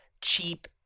cheap